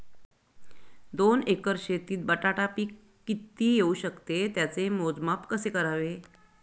दोन एकर शेतीत बटाटा पीक किती येवू शकते? त्याचे मोजमाप कसे करावे?